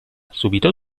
subito